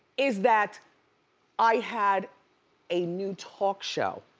is that i had a new talk show,